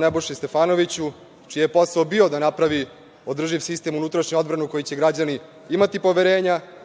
Nebojši Stefanoviću, čiji je posao bio da napravi održiv sistem, unutrašnju odbranu, koji će građani imati poverenja,